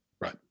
Right